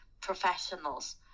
professionals